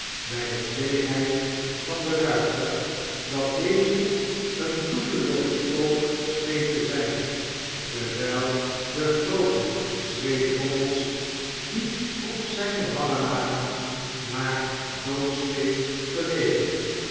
bij de bleekheid van den ruiter dat deze een bloedeloos spook scheen te zijn terwijl de groote zweetdroppels die op zijne wangen lagen naar doodzweet geleken